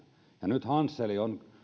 nyt hansel on